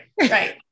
Right